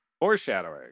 Foreshadowing